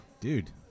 dude